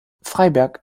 freiberg